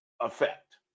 effect